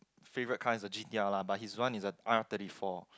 favourite kind of G_T_R lah but his one is the R thirty four